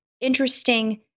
interesting